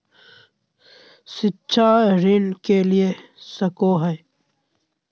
शिक्षा ऋण के ले सको है?